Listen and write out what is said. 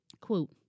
Quote